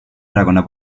erakonna